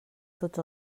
tots